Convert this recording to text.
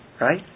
Right